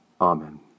Amen